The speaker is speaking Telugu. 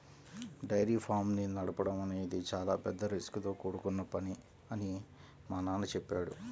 డైరీ ఫార్మ్స్ ని నడపడం అనేది చాలా పెద్ద రిస్కుతో కూడుకొన్న పని అని మా నాన్న చెప్పాడు